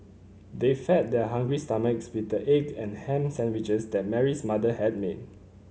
they fed their hungry stomachs with the egg and ham sandwiches that Mary's mother had made